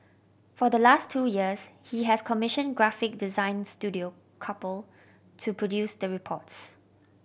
for the last two years he has commissioned graphic design studio Couple to produce the reports